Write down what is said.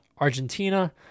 Argentina